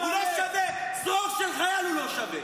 הוא לא שווה, שרוך של חייל הוא לא שווה.